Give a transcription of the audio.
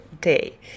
day